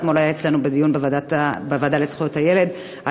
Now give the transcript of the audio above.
אתמול הוא היה אצלנו בוועדה לזכויות הילד בדיון על